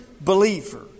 believer